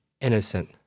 innocent